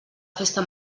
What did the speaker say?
festa